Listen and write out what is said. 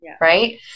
Right